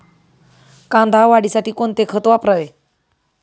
कांदा वाढीसाठी कोणते खत वापरावे?